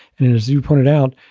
and and as you pointed out,